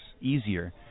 easier